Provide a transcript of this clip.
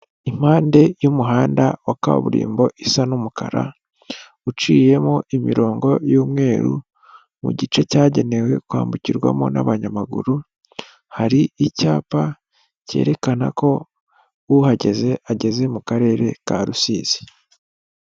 Impande y'umuhanda wa kaburimbo isa n'umukara, uciyemo imirongo y'umweru, mu gice cyagenewe kwambukirwamo n'abanyamaguru, hari icyapa cyerekana ko uhageze ageze mu karere ka Rusizi.